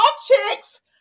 chicks